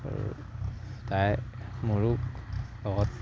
আৰু তাই মোৰো লগত